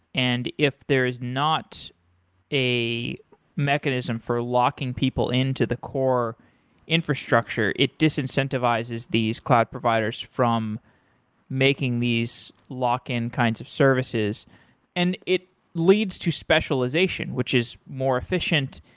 and if there is not a mechanism for locking people into the core infrastructure, it dis-incentivizes these cloud providers from making these lock-in kinds of services and it leads to specialization which is more efficient.